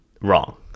Wrong